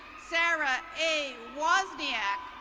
sarah a wozniak.